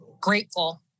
grateful